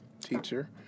teacher